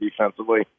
defensively